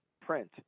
print